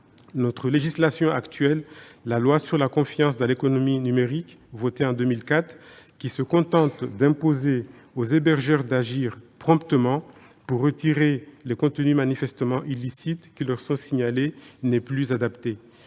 Notre législation actuelle, la loi du 21 juin 2004 pour la confiance dans l'économie numérique, qui se contente d'imposer aux hébergeurs d'agir « promptement » pour retirer les contenus manifestement illicites qui leur sont signalés, n'est plus adaptée.